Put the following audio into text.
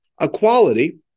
equality